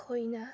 ꯈꯣꯏꯅ